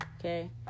okay